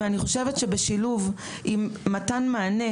אני חושבת שבשילוב עם מתן מענה,